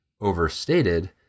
overstated